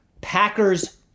Packers